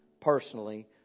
personally